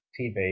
TV